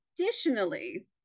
Additionally